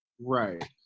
Right